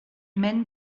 men